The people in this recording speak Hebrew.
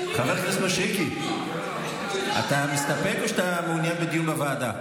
מישרקי, אתה מסתפק או שאתה מעוניין בדיון בוועדה?